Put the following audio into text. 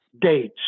dates